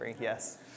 Yes